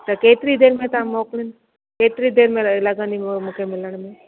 त केतिरी देरि में तव्हां मोकिली केतिरी देरि में लॻंदी मूंखे मिलण में